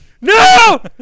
No